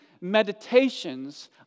meditations